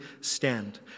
stand